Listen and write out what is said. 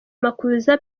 makuza